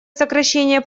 сокращение